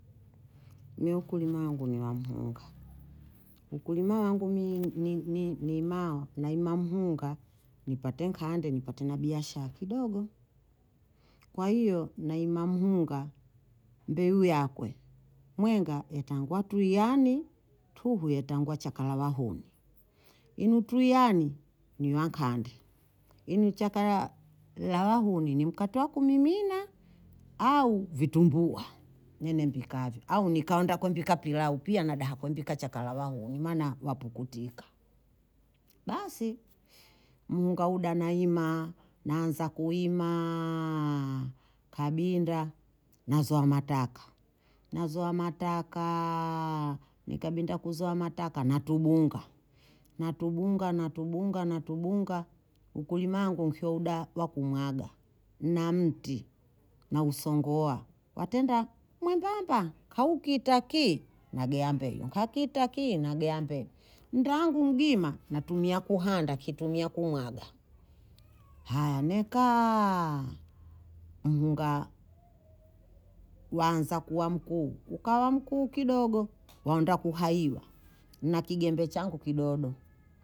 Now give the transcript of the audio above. Me ukulima wangu ni wamuhunga. Ukulima wangu ni- ni- ni mao na imamuhunga nipatenka ande nipatena biyasha akidogo. Kwa iyo na imamuhunga, mbe uyakwe. Mwenga etangwa tuyani, tuhu etangwa chakalawa huni. Inu tuyani ni wanga ande. Inu chakalawa huni ni mkatuwa kumimina au vitumbua. Nini mbika hivi. Au nikao nda kwenbika pilau pia na daha kwenbika chakalawa huni. Mana wapukutika. Basi, munga huda na ima. Naanza kuimaaaa. Kabinda. Nazo wa mataka. Nazo wa matakaaaa Ni kabinda kuzo wa mataka na tubunga. Na tubunga, na tubunga, na tubunga. Ukulima wangu nchi huda wakumaga. Na mti. Mwengapa, kawukita ki, nageyambe. Ukakita ki, nageyambe. Ndangu mgima na tumia kuhanda kitumia kumaga. Haya nekaaa mhuhunga. Waanza kuwa mkuu. Kukawa mkuu kidogo, wanda kuhaiwa. Na kigebe chanku kidodo.